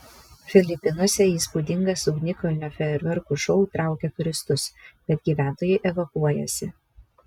filipinuose įspūdingas ugnikalnio fejerverkų šou traukia turistus bet gyventojai evakuojasi